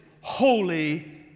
holy